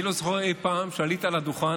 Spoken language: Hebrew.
אני לא זוכר אי פעם שעלית לדוכן,